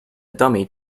dummy